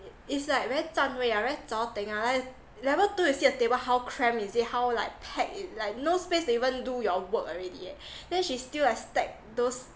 it's like very 占位 ah very jor deng ah like level two you see the table how cramp is it how like packed it like no space to even do your work already eh then she still like stack those